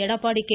Edappadi K